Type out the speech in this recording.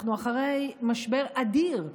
אנחנו אחרי משבר אדיר,